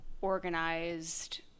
organized